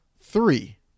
Three